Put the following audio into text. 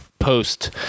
post